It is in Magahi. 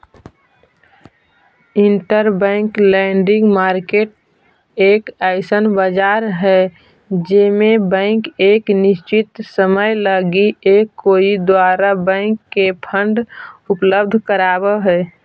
इंटरबैंक लैंडिंग मार्केट एक अइसन बाजार हई जे में बैंक एक निश्चित समय लगी एक कोई दूसरा बैंक के फंड उपलब्ध कराव हई